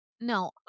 No